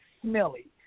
smelly